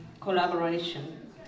collaboration